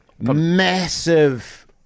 massive